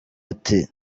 ati